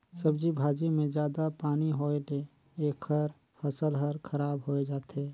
सब्जी भाजी मे जादा पानी होए ले एखर फसल हर खराब होए जाथे